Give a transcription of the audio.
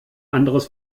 anderes